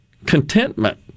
contentment